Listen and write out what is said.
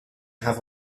have